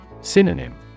Synonym